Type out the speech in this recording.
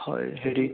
হয় হেৰি